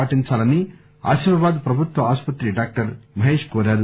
పాటిందాలని అసిఫాబాద్ ప్రభుత్వ ఆసుపత్రి డాక్టర్ మహేష్ కోరారు